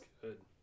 good